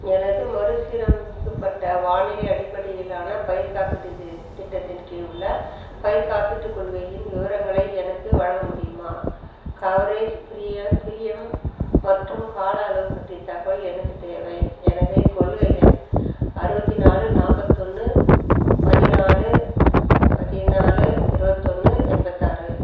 எனது மறுசீரமைக்கப்பட்ட வானிலை அடிப்படையிலான பயிர் காப்பீட்டுத் தி திட்டத்தின் கீழ் உள்ள பயிர்க் காப்பீட்டுக் கொள்கையின் விவரங்களை எனக்கு வழங்க முடியுமா கவரேஜ் பிரி பிரியம் மற்றும் கால அளவு பற்றிய தகவல் எனக்குத் தேவை எனவே கொள்கை எண் அறுபத்தி நாலு நாற்பத்தொன்று பதினாலு பதினாலு இருவத்தொன்று எண்பத்தாறு